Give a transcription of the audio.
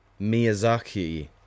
Miyazaki